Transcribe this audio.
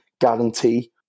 guarantee